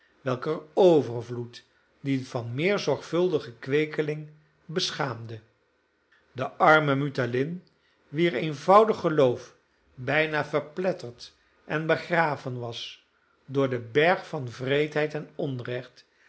welker overvloed die van meer zorgvuldige kweeking beschaamde de arme mulattin wier eenvoudig geloof bijna verpletterd en begraven was door den berg van wreedheid en onrecht